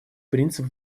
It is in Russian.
принцип